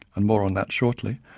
and more on that shortly,